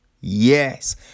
Yes